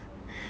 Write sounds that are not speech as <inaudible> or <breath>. <breath>